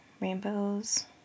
rainbows